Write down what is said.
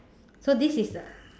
so this is the